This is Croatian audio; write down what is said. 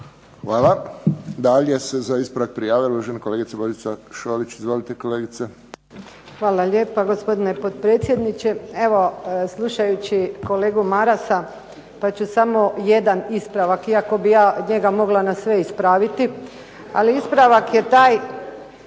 Hvala. Dalje se za ispravak prijavila uvažena kolegica Božica Šolić. Izvolite kolegice. **Šolić, Božica (HDZ)** Hvala lijepa gospodine potpredsjedniče. Evo slušajući kolegu Marasa pa ću samo jedan ispravak, iako bih ja mogla njega na sve ispraviti. Ali ispravak je taj,